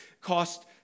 cost